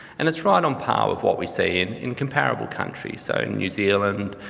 and it's right on par with what we see in in comparable countries, so in new zealand,